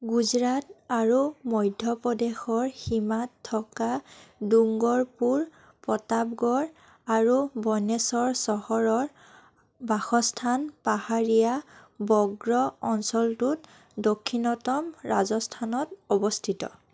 গুজৰাট আৰু মধ্য প্ৰদেশৰ সীমাত থকা ডুংগৰপুৰ প্ৰতাপগড় আৰু বনেশ্বৰ চহৰৰ বাসস্থান পাহাৰীয়া বগ্ৰ অঞ্চলটোত দক্ষিণতম ৰাজস্থানত অৱস্থিত